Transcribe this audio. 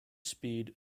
speed